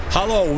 Hello